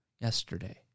yesterday